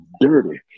dirty